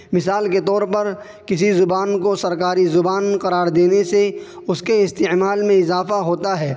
مثال کے طور پر کسی زبان کو سرکاری زبان قرار دینے سے اس کے استعمال میں اضافہ ہوتا ہے